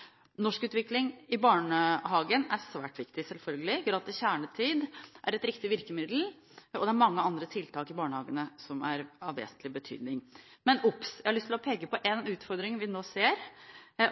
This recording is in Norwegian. norsk. Norskutvikling i barnehagene er svært viktig selvfølgelig. Gratis kjernetid er et riktig virkemiddel. Og det er mange andre tiltak i barnehagene som er av vesentlig betydning. Men obs.! Jeg har lyst til å peke på en utfordring vi nå ser,